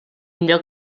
lloc